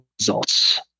results